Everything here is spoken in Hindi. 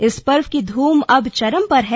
इस पर्व की धूम अब चरम पर है